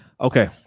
okay